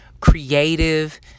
creative